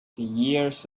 years